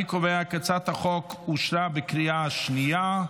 אני קובע כי הצעת החוק אושרה בקריאה השנייה.